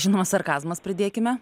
žinoma sarkazmas pridėkime